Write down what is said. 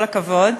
כל הכבוד.